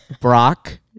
Brock